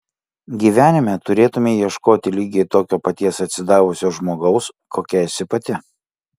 gyvenime turėtumei ieškoti lygiai tokio paties atsidavusio žmogaus kokia esi pati